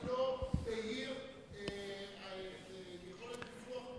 אדם יכול להביע את עמדתו גם אם הוא לא בעל יכולת ניסוח בהיר כמוך,